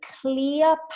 clear